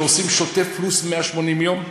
ועושים שם שוטף פלוס 180 יום.